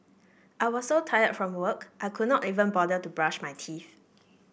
I was so tired from work I could not even bother to brush my teeth